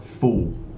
fool